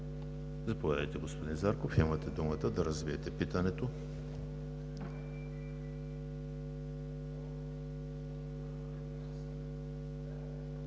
Заповядайте, господин Зарков, имате думата да развиете питането.